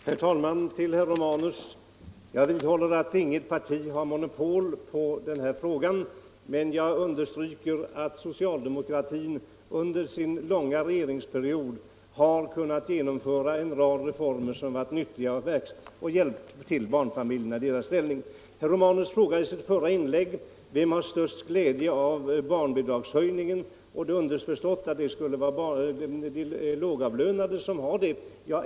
Herr talman! Jag vidhåller, herr Romanus, att inget parti har monopol på den här frågan, men jag understryker att socialdemokratin under sin långa regeringsperiod har kunnat genomföra en rad reformer som varit till nytta för barnfamiljerna. Herr Romanus frågade i sitt förra inlägg vem som har störst glädje av barnbidragshöjningen. Det skulle vara underförstått att det är de lågavlönade som har det.